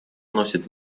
носит